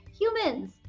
humans